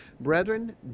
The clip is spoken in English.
Brethren